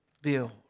build